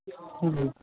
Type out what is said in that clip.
ह्म्म